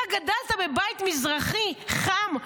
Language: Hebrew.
אתה גדלת בבית מזרחי חם,